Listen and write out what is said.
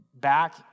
back